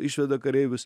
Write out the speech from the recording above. išveda kareivius